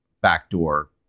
backdoor